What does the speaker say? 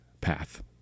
path